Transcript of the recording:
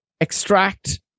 extract